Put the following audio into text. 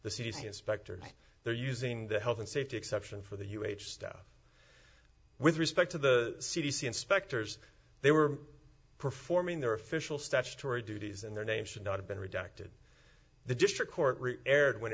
the c d c inspectors they're using the health and safety exception for the u h staff with respect to the c d c inspectors they were performing their official statutory duties and their names should not have been redacted the district court erred when